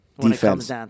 Defense